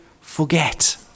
forget